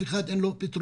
לאף אחד אין פתרונות,